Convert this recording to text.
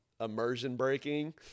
immersion-breaking